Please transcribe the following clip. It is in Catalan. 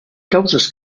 causes